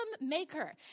maker